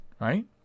right